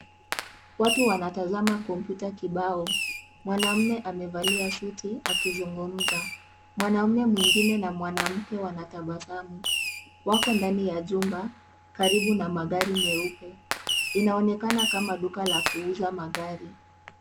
Watu wanatazama kompyuta kibao. Mwanamume amevalia suti, akizungumza. Mwanamume mwingine na mwanamke wanatabasamu. Wako ndani ya jumba, karibu na magari meupe. Inaonekana kama duka la kuuza magari.